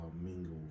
mingle